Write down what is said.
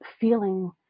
feeling